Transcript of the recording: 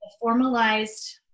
formalized